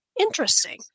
interesting